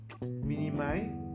Minimize